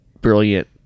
brilliant